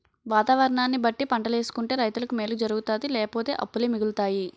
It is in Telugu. వాతావరణాన్ని బట్టి పంటలేసుకుంటే రైతులకి మేలు జరుగుతాది లేపోతే అప్పులే మిగులుతాయి